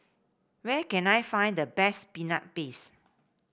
where can I find the best Peanut Paste